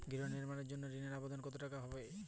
গৃহ নির্মাণের জন্য ঋণের আবেদন করা হয় কিভাবে?